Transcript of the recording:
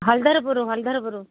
Haladharpur Haladharpur